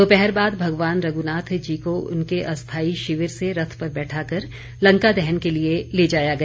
दोपहर बाद भगवान रघ्नाथ जी को उनके अस्थायी शिविर से रथ पर बैठाकर लंका दहन के लिए ले जाया गया